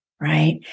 right